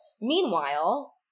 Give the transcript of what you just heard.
meanwhile